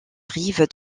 rive